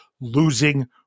losing